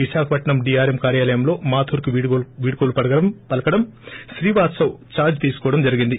Visakhapatnam DRM కార్యాలయంలో మాథుర్ కు వీడ్కోలు పలకడం శ్రీవాస్తవ్ దార్ట్ తీసుకోవడం జరిగింది